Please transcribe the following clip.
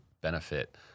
benefit